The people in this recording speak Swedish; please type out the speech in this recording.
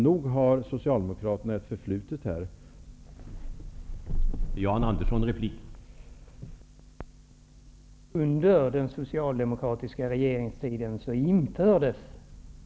Nog har Socialdemokraterna ett förflutet i dessa sammanhang.